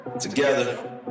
together